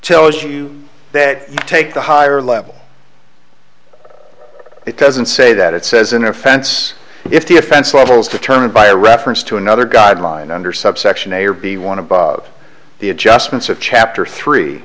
tells you that you take the higher level it doesn't say that it says an offense if the offense levels determined by a reference to another guideline under subsection a or b want to be the adjustments of chapter three